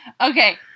Okay